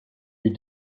you